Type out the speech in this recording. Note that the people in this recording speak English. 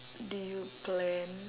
do you plan